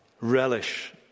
relish